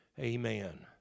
Amen